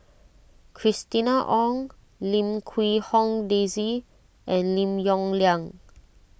Christina Ong Lim Quee Hong Daisy and Lim Yong Liang